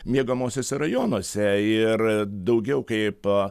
miegamuosiuose rajonuose ir daugiau kaip